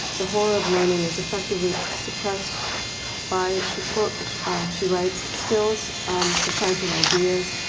the horror of learning is effectively suppressed by she she writes, skills supplanting ideas,